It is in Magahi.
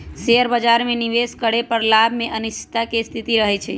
शेयर बाजार में निवेश करे पर लाभ में अनिश्चितता के स्थिति रहइ छइ